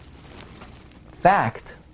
fact